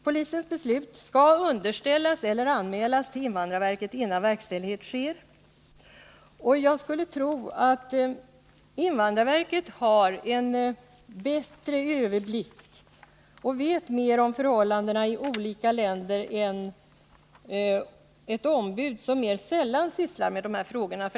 Polisens beslut skall tillställas invandrarverket eller anmälas dit innan verkställighet sker. Och jag skulle tro att invandrarverket har en bättre överblick och vet mer om förhållandena i olika länder än ett ombud som mer sällan sysslar med de här frågorna.